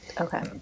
Okay